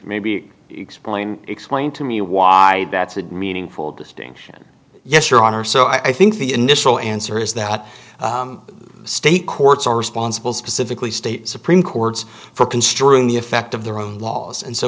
may be explain explain to me why that's a meaningful distinction yes your honor so i think the initial answer is that state courts are responsible specifically state supreme courts for construing the effect of their own laws and so